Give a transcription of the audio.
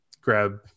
grab